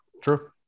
true